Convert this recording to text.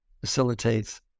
facilitates